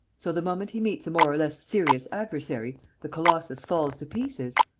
so, the moment he meets a more or less serious adversary, the colossus falls to pieces?